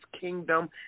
Kingdom